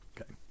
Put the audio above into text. Okay